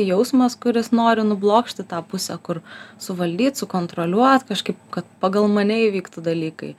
jausmas kuris nori nublokšt į tą pusę kur suvaldyt sukontroliuot kažkaip kad pagal mane įvyktų dalykai